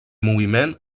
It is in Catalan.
moviment